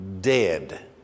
dead